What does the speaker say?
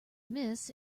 miss